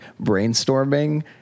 brainstorming